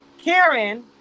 Karen